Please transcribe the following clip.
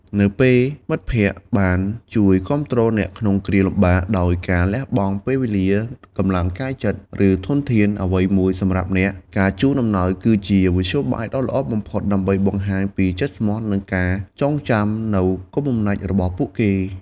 នៅពេលមិត្តភក្តិបានជួយគាំទ្រអ្នកក្នុងគ្រាលំបាក ដោយការលះបង់ពេលវេលា កម្លាំងកាយចិត្ត ឬធនធានអ្វីមួយសម្រាប់អ្នក ការជូនអំណោយគឺជាមធ្យោបាយដ៏ល្អបំផុតដើម្បីបង្ហាញពីចិត្តស្មោះ និងការចងចាំនូវគុណបំណាច់របស់ពួកគេ។